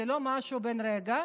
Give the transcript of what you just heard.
זה לא משהו בין רגע,